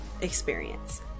experience